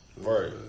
Right